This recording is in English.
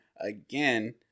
again